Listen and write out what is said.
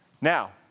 Now